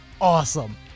awesome